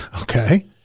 Okay